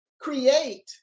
create